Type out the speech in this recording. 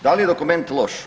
Da li je dokument loš?